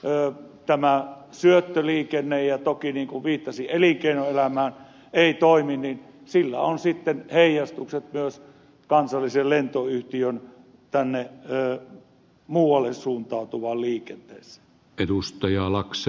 jos sitten tämä syöttöliikenne ja toki niin kuin viittasin elinkeinoelämään ei toimi niin sillä on sitten heijastukset myös kansallisen lentoyhtiön muualle suuntautuvaan liikenteeseen